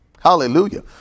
Hallelujah